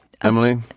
Emily